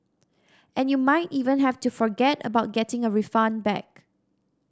and you might even have to forget about getting a refund back